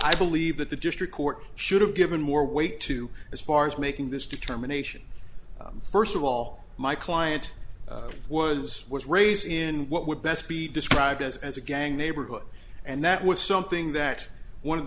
i believe that the district court should have given more weight to as far as making this determination first of all my client was was raised in what would best be described as as a gang neighborhood and that was something that one of